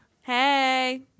Hey